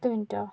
പത്തു മിനിറ്റോ